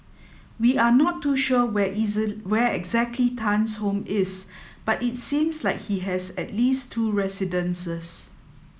we are not too sure where where exactly Tan's home is but it seems like he has at least two residences